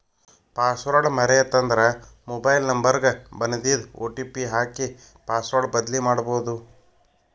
password ಮರೇತಂದ್ರ mobile number ಗ ಬನ್ದಿದ್ ಒ.ಟಿ.ಪಿ ಹಾಕಿ ಪಾಸ್ವರ್ಡ್ ಬದ್ಲಿಮಾಡ್ಬೊದು